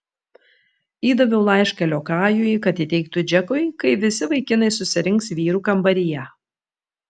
įdaviau laišką liokajui kad įteiktų džekui kai visi vaikinai susirinks vyrų kambaryje